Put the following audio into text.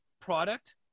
product